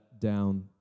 down